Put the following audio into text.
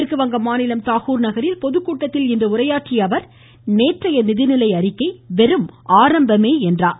மேற்குவங்க மாநிலம் தாகூர் நகரில் பொதுக்கூட்டத்தில் இன்று உரையாற்றிய அவர் நேற்றைய நிதிநிலை அறிக்கை வெறும் ஆரம்பமே என்றார்